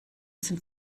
sind